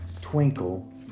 twinkle